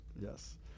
Yes